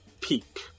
Peak